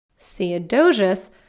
Theodosius